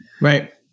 Right